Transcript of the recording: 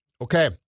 okay